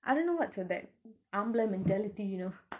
I don't know what's with that ஆம்பள:aambala mental do you know